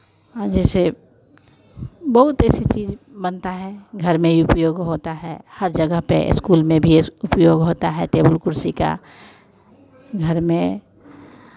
जैसे बहुत ऐसी चीज़ बनता है घर में उपयोग होता है हर जगह पे इस्कूल में भी एस उपयोग होता है टेबल कुर्सी का घर में